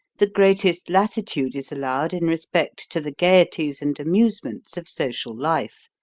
the greatest latitude is allowed in respect to the gayeties and amusements of social life.